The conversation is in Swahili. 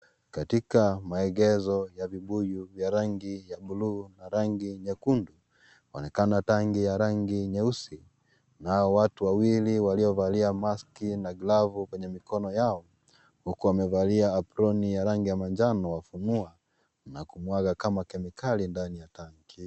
Katika maegezo ya vibuyu vya rangi ya bluu na rangi nyekundu, yaonekana tenki ya rangi nyeusi nao watu wawili walio valia maski na glavu kwenye mikono yao, huku wamevalia aproni ya rangi manjano, wafunua na kumwaga kama kemikali ndani ya tenki.